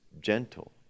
gentle